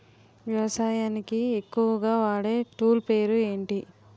వ్యవసాయానికి ఎక్కువుగా వాడే టూల్ పేరు ఏంటి?